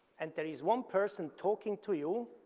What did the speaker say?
and there is one person talking to you,